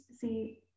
see